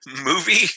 movie